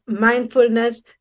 mindfulness